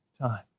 time